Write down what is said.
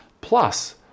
Plus